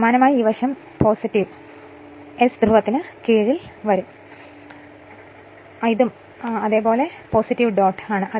സമാനമായി ഈ വശം എസ് ധ്രുവത്തിന് കീഴിൽ ഇതും ഡോട്ട് ആണ്